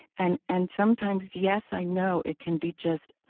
and and sometimes yes, i know, it can be just,